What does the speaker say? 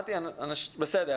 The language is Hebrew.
בסדר.